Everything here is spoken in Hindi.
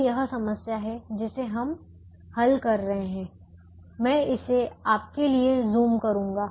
तो यह समस्या है जिसे हम हल कर रहे हैं मैं इसे आपके लिए ज़ूम करूंगा